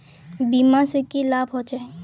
बीमा से की लाभ होचे?